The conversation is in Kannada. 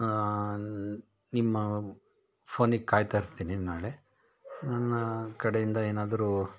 ನಿಮ್ಮ ಫೋನಿಗೆ ಕಾಯುತ್ತಾ ಇರ್ತೀನಿ ನಾಳೆ ನನ್ನ ಕಡೆಯಿಂದ ಏನಾದರೂ